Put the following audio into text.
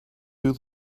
who